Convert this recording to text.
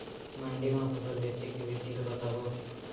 मंडी मा फसल बेचे के विधि ला बतावव?